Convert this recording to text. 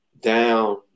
down